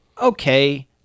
okay